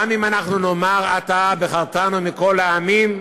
גם אם אנחנו נאמר "אתה בחרתנו מכל העמים",